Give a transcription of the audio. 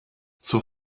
zur